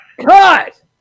Cut